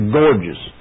gorgeous